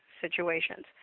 situations